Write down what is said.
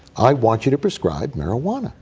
i want you to prescribe marijuana?